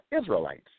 Israelites